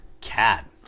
Cat